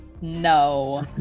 No